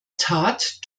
tat